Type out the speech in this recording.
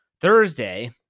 Thursday